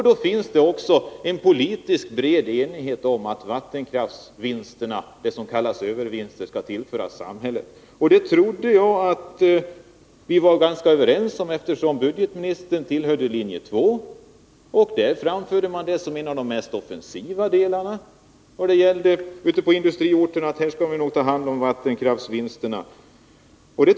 Det finns också en bred politisk enighet om att vattenkraftsvinsterna — de som kallas övervinster — skall tillföras samhället. Det trodde jag att vi var ganska överens om. Budgetministern tillhörde ju linje 2-sidan, och därifrån framförde man detta mycket offensivt. Man sade ute på industriorterna: Vi skall nog ta hand om vattenkraftsvinsterna.